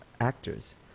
actors